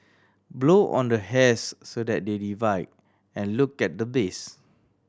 blow on the hairs so that they divide and look at the base